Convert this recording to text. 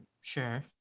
Sure